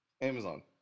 Amazon